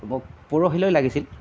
মোক পৰহিলৈ লাগিছিল